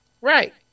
Right